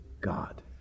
God